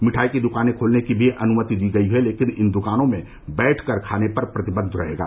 मिठाई की द्कानें खोलने की भी अनुमति दी गई है लेकिन इन दुकानों में बैठकर खाने पर प्रतिबन्ध रहेगा